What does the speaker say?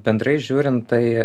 bendrai žiūrint tai